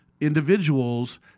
individuals